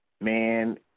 Man